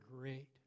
great